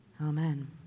amen